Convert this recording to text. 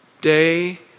day